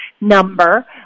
number